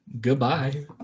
Goodbye